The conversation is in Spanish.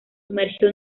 sumergió